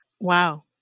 Wow